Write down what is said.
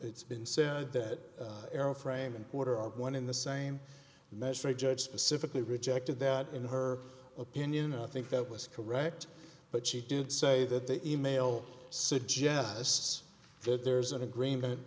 it's been said that arrow frame and border are one in the same measure a judge specifically rejected that in her opinion i think that was correct but she did say that the e mail suggests that there's an agreement